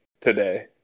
today